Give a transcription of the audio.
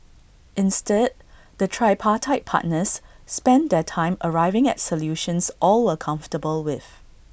instead the tripartite partners spent their time arriving at solutions all were comfortable with